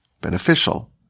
beneficial